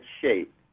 shape